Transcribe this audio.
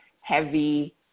heavy